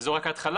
וזו רק ההתחלה.